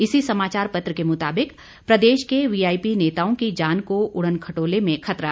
इसी समाचार पत्र के मुताबिक प्रदेश के वीआईपी नेताओं की जान को उड़नखटोले में खतरा